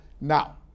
now